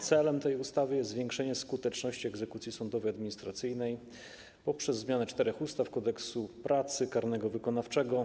Celem tej ustawy jest zwiększenie skuteczności egzekucji sądowej i administracyjnej poprzez zmianę czterech ustaw: Kodeksu pracy, Kodeksu karnego wykonawczego,